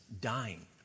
dying